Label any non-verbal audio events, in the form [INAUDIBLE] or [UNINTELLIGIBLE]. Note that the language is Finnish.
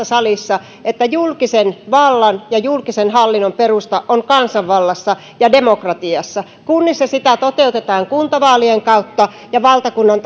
[UNINTELLIGIBLE] salissa että julkisen vallan ja julkisen hallinnon perusta on kansanvallassa ja demokratiassa kunnissa niitä toteutetaan kuntavaalien kautta ja valtakunnan [UNINTELLIGIBLE]